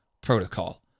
protocol